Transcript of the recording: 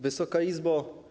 Wysoka Izbo!